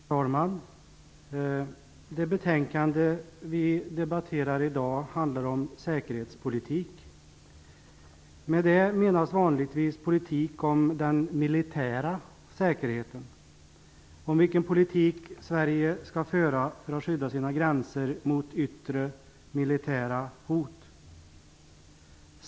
Fru talman! Det betänkande vi debatterar i dag handlar om säkerhetspolitik. Vanligtvis menas då politik om den militära säkerheten, dvs. om vilken politik Sverige skall föra för att skydda sina gränser mot yttre militära hot.